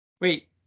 wait